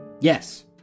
Yes